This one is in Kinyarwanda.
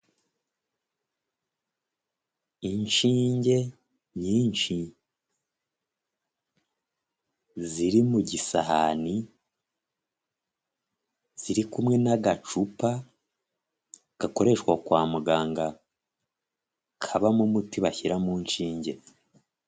Inshinge nyinshi ziri mu gisahani, zirikumwe n'agacupa gakoreshwa kwa muganga kabamo umuti bashyira mu nshinge.